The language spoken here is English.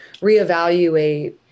reevaluate